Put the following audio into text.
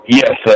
yes